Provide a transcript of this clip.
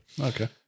okay